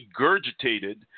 regurgitated